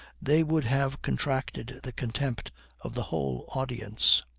they would have contracted the contempt of the whole audience.